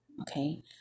Okay